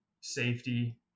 safety